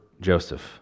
Joseph